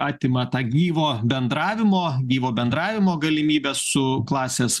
atima tą gyvo bendravimo gyvo bendravimo galimybę su klasės